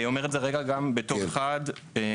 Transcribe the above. אני אומר את זה רגע גם בתור אחד שתחת